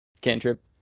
cantrip